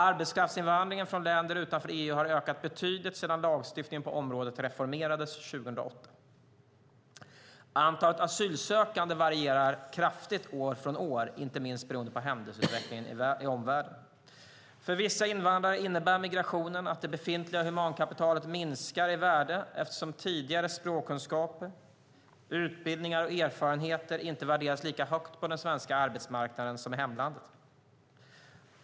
Arbetskraftsinvandringen från länder utanför EU har ökat betydligt sedan lagstiftningen på området reformerades 2008. Antalet asylsökande varierar kraftigt från år till år, inte minst beroende på händelseutvecklingen i omvärlden. För vissa invandrare innebär migrationen att det befintliga humankapitalet minskar i värde eftersom tidigare språkkunskaper, utbildningar och erfarenheter inte värderas lika högt på den svenska arbetsmarknaden som i hemlandet.